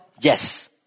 Yes